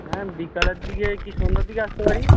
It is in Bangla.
হ্যাঁ বিকেলের দিকে কি সন্ধ্যার দিকে আসতে পারি